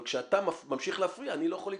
אבל כשאתה ממשיך להפריע אני לא יכול להתערב.